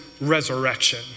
resurrection